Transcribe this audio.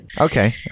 Okay